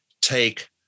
take